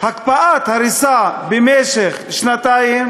הקפאת הריסה במשך שנתיים,